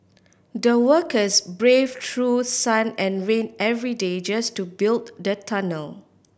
the workers brave through sun and rain every day just to build the tunnel